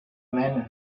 men